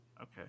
Okay